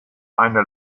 eine